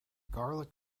garlic